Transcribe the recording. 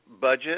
budget